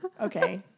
Okay